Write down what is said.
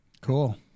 Cool